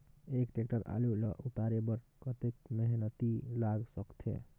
एक टेक्टर आलू ल उतारे बर कतेक मेहनती लाग सकथे?